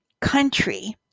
country